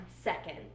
second